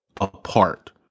apart